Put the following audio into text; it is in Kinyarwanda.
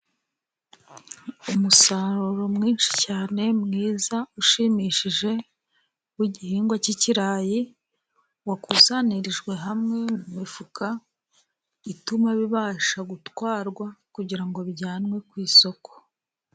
Umusaruro mwinshi cyane mwiza ushimishije w'igihingwa cy'ikirayi wakusanirijwe hamwe mu mifuka ituma bibasha gutwarwa kugirango ngo bijyanwe ku isoko.